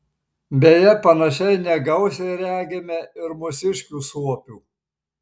beje panašiai negausiai regime ir mūsiškių suopių